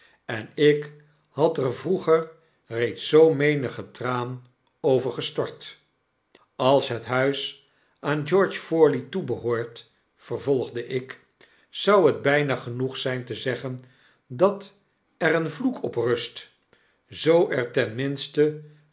en ik had er vroeger reeds zoo menigen traan over gestort als het huis aan george forley toebehoort vervolgde ik zou het byna genoeg zyn te zeggen dat er een vloek op rust zoo er